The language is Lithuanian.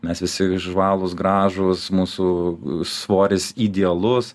mes visi žvalūs gražūs mūsų svoris idealus